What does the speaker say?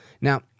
Now